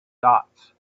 dots